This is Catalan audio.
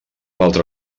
altre